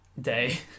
day